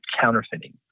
counterfeiting